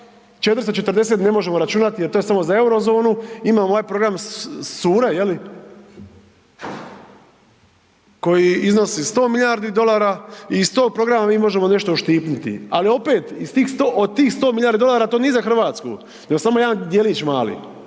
440 ne možemo računati jer to je samo za Eurozonu, imamo ovaj program sure je li, koji iznosi 100 milijardi dolara i iz tog programa mi možemo nešto uštipniti, ali opet iz tih 100, od tih 100 milijardi dolara, to nije za RH, nego samo jedan djelić mali,